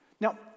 Now